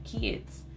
kids